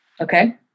Okay